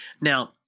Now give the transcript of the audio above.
Now